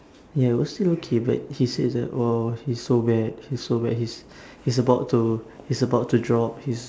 ya it was still okay but he say is like oh he's so bad he's so bad he's he's about to he's about to drop he's